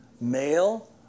male